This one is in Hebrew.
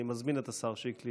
אני מזמין את השר שיקלי